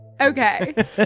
Okay